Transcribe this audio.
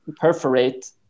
perforate